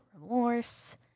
remorse